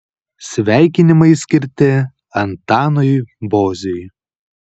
sveikinimai skirti antanui boziui